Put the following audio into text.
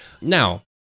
Now